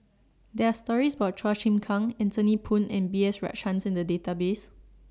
There Are stories about Chua Chim Kang Anthony Poon and B S Rajhans in The Database